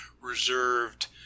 reserved